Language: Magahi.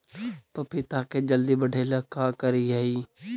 पपिता के जल्दी बढ़े ल का करिअई?